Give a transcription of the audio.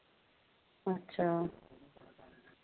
अच्छा